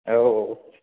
औ